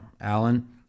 Alan